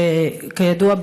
וכידוע,